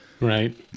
Right